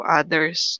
others